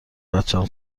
بچم